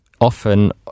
often